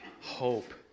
hope